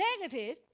negative